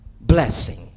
blessing